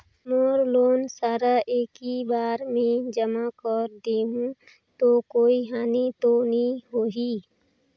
मोर loan सारा एकी बार मे जमा कर देहु तो कोई हानि तो नी होही?